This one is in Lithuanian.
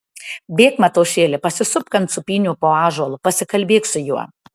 bėk mataušėli pasisupk ant sūpynių po ąžuolu pasikalbėk su juo